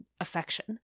affection